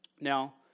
Now